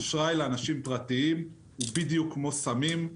אשראי לאנשים פרטיים הוא בדיוק כמו סמים,